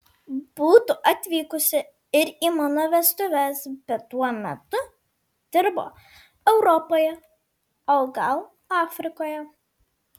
būtų atvykusi ir į mano vestuves bet tuo metu dirbo europoje o gal afrikoje